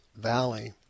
Valley